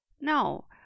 No